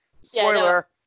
spoiler